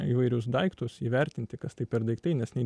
įvairius daiktus įvertinti kas tai per daiktai nes nei